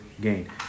gain